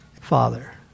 Father